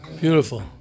beautiful